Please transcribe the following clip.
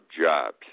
jobs